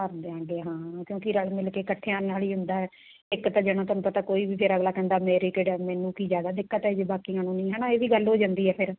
ਕਰਦੇ ਹੈਗੇ ਹਾਂ ਕਿਉਂਕਿ ਰਲ ਮਿਲ ਕੇ ਇਕੱਠਿਆਂ ਨਾਲ ਹੀ ਹੁੰਦਾ ਇੱਕ ਤਾਂ ਜਣਾ ਤੁਹਾਨੂੰ ਪਤਾ ਕੋਈ ਵੀ ਫਿਕ ਅਗਲਾ ਕਹਿੰਦਾ ਮੇਰੀ ਕਿਹੜਾ ਮੈਨੂੰ ਕਿ ਜ਼ਿਆਦਾ ਦਿੱਕਤ ਆ ਜੇ ਬਾਕੀਆਂ ਨੂੰ ਨਹੀਂ ਹੈ ਨਾ ਇਹ ਵੀ ਗੱਲ ਹੋ ਜਾਂਦੀ ਹੈ ਫਿਰ